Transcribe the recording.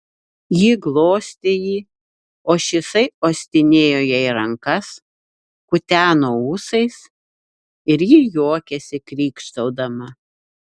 ji glostė jį o šisai uostinėjo jai rankas kuteno ūsais ir ji juokėsi krykštaudama